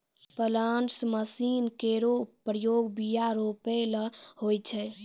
planters machine केरो प्रयोग बीया रोपै ल होय छै